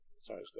sorry